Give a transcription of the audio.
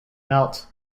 melt